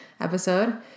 episode